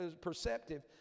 perceptive